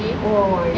oh